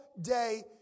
day